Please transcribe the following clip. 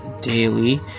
daily